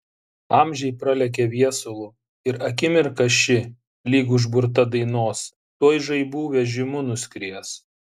amžiai pralekia viesulu ir akimirka ši lyg užburta dainos tuoj žaibų vežimu nuskries